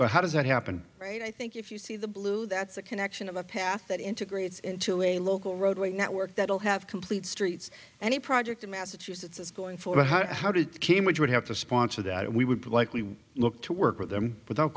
but how does that happen right i think if you see the blue that's a connection of a path that integrates into a local roadway network that will have complete streets any project in massachusetts is going for how did cambridge would have to sponsor that we would like we look to work with them without